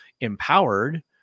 empowered